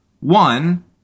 One